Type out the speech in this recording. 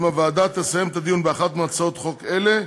אם הוועדה תסיים את הדיון באחת מהצעות חוק אלה,